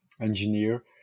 engineer